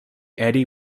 eddie